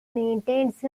maintains